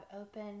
open